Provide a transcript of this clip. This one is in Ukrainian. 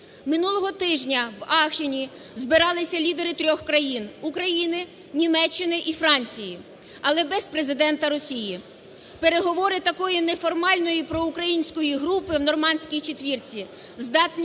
Минулого тижня в Аахені збиралися лідери трьох країн: України, Німеччини і Франції, – але без Президента Росії. Переговори такої неформальної проукраїнської групи в Нормандській четвірці здатні